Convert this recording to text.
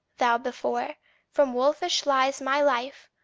thou before from wolfish lies my life,